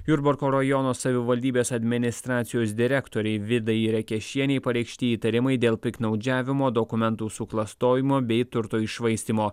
jurbarko rajono savivaldybės administracijos direktorei vidai rekešienei pareikšti įtarimai dėl piktnaudžiavimo dokumentų suklastojimo bei turto iššvaistymo